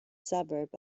suburb